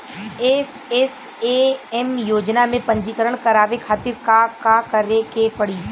SMAM योजना में पंजीकरण करावे खातिर का का करे के पड़ी?